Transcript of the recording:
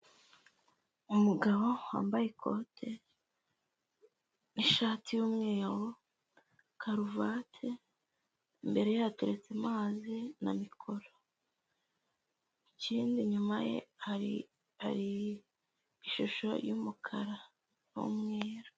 Umugabo wambaye ikote n'ishati yumweru karuvati imbere ye hateretse amazi na mikoro ikindi inyuma ye hari ishusho yumukara n'umweru.